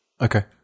Okay